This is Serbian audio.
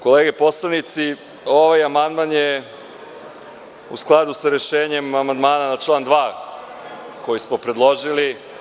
Kolege poslanici, ovaj amandman je u skladu sa rešenjem amandmana na član 2. koji smo predložili.